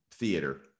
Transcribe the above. theater